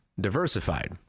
diversified